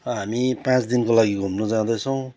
हामी पाँच दिनको लागि घुम्नु जाँदैछौँ